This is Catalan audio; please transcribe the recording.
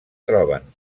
troben